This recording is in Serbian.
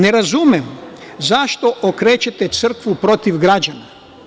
Ne razumem zašto okrećete crkvu protiv građana?